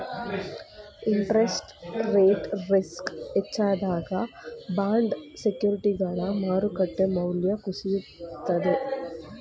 interest rate risk ಹೆಚ್ಚಾದಾಗ bond ಸೆಕ್ಯೂರಿಟಿಗಳ ಮಾರುಕಟ್ಟೆ ಮೌಲ್ಯ ಕುಸಿಯುತ್ತದೆ